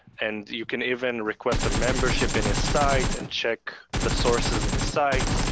and you can even request a membership in his site and check the sources in his site.